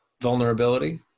vulnerability